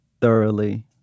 thoroughly